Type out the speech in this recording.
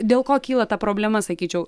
dėl ko kyla ta problema sakyčiau